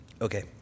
Okay